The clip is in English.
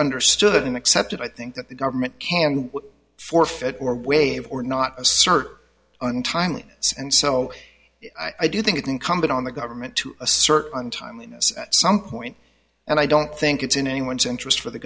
understood and accepted i think that the government can be forfeit or wave or not assert untimely and so i do think it's incumbent on the government to assert untimely at some point and i don't think it's in anyone's interest for the